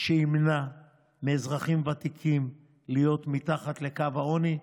שימנע מאזרחים ותיקים להיות מתחת לקו העוני.